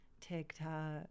TikTok